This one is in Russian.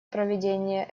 проведение